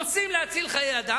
נוסעים להציל חיי אדם,